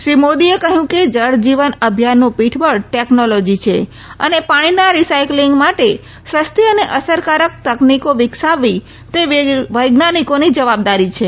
શ્રી મોદીએ કહયુ કે જળ જીવન અભિયાનનું પીઠબળ ટેકનોલોજી છે અને પાણીના રીસાઇકલીંગ માટે સસ્તી અને અસરકારક તકનીકો વિકસાવવી તે વૈજ્ઞાનીકોની જવાબદારી છે